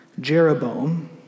Jeroboam